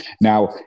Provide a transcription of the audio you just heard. Now